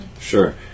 Sure